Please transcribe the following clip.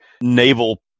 naval